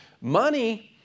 Money